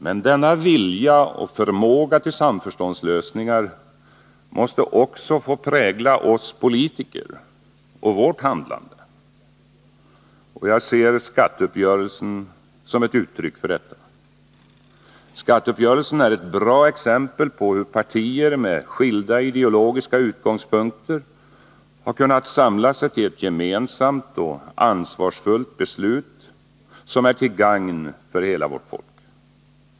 Men denna vilja och förmåga till samförståndslösningar måste också få prägla oss politiker och vårt handlande. Jag ser skatteuppgörelsen som ett uttryck för detta. Skatteuppgörelsen är ett bra exempel på hur partier med skilda ideologiska utgångspunkter har kunnat samla sig till ett gemensamt och ansvarsfullt beslut som är till gagn för hela vårt folk.